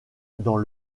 dans